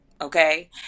okay